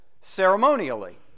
ceremonially